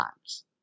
times